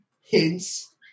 hints